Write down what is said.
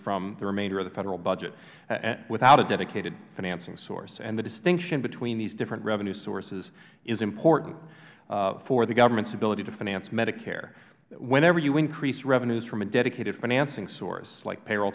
from the remainder of the federal budget without a dedicated financing source and the distinction between these different revenue sources is important for the government's ability to finance medicare whenever you increase revenues from a dedicated financing source like payroll